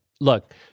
look